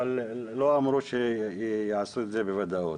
אבל לא אמרו שהם יעשו את זה בוודאות.